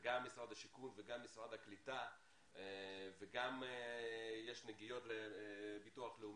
וגם משרד השיכון וגם משרד הקליטה וגם יש נגיעות לביטוח לאומי,